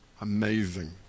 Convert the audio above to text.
amazing